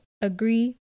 agree